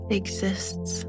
exists